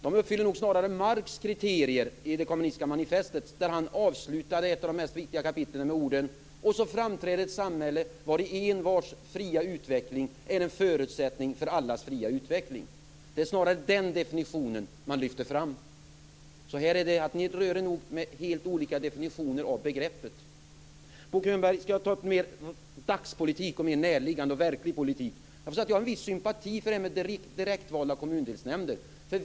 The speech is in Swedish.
De uppfyller nog snarare Marx kriterier i Kommunistiska manifestet där han avslutade ett av de mest viktiga kapitlen med orden: Och så framträdde ett samhälle vari envars fria utveckling är en förutsättning för allas fria utveckling. Det är snarare den definitionen man lyfter fram. Ni rör er nog med helt olika definitioner av begreppet. Sedan skall jag ta upp lite mer närliggande och verklig politik, Bo Könberg. Jag har en viss sympati för det här med direktvalda kommundelsnämnder.